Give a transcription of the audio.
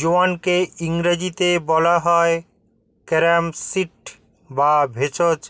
জোয়ানকে ইংরেজিতে বলা হয় ক্যারাম সিড যা ভেষজ